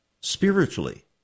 spiritually